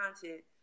content